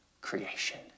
creation